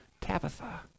Tabitha